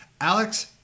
Alex